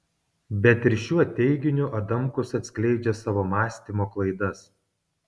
bet ir šiuo teiginiu adamkus atskleidžia savo mąstymo klaidas